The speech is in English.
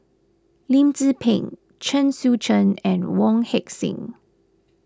Lim Tze Peng Chen Sucheng and Wong Heck Sing